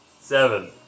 Seven